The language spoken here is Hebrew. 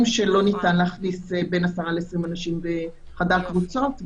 שלא ניתן להכניס בין 10 ל-20 אנשים בחדר קבוצות,